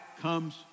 comes